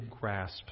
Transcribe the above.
grasp